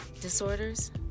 Disorders